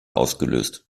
ausgelöst